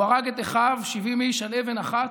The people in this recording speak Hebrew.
הוא הרג את אחיו, 70 איש, על אבן אחת,